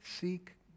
seek